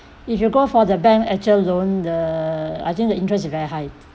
if you go for the bank actual loan the I think the interest very high